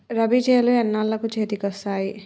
రబీ చేలు ఎన్నాళ్ళకు చేతికి వస్తాయి?